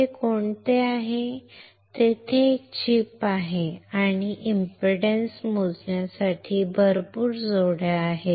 हे कोणते आहे तेथे एक चिप आहे आणि इंपीडन्स मोजण्यासाठी भरपूर जोड्या आहेत